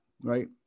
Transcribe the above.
right